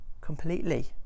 completely